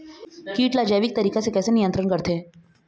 कीट ला जैविक तरीका से कैसे नियंत्रण करथे?